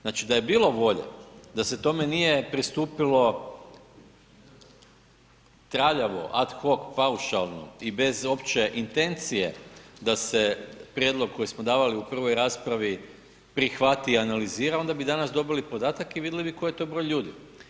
Znači, da je bilo volje, da se tome nije pristupilo traljavo, ad hoc, paušalno i bez opće intencije da se prijedlog koji smo davali u prvoj raspravi prihvati i analizira, onda bi danas dobili podatak i vidjeli bi koji je to broj ljudi.